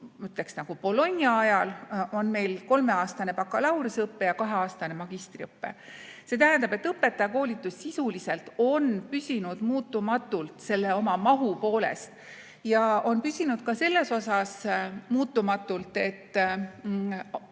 ütleks, nagu Bologna ajal, on meil kolmeaastane bakalaureuseõpe ja kaheaastane magistriõpe. See tähendab, et õpetajakoolitus sisuliselt on püsinud muutumatu oma mahu poolest ja on püsinud ka selles osas muutumatu, et